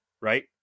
right